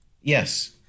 Yes